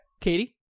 Katie